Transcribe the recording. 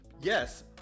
Yes